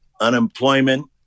unemployment